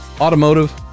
automotive